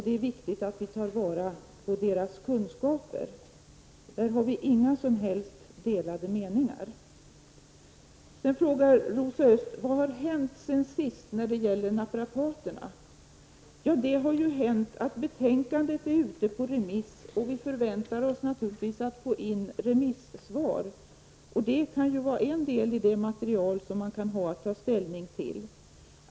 Det är viktigt att vi tar vara på deras kunskaper. På den punkten har vi inga som helst delade meningar. Rosa Östh frågar: Vad har hänt sedan sist när det gäller naprapaterna? Ja, det har hänt att betänkandet är ute på remiss. Vi förväntar oss att få in remissvar, och det kan vara en del av det material man har att ta ställning till.